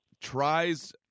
tries